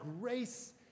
grace